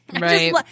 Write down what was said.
Right